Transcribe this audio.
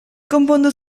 konpondu